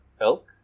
Elk